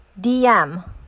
dm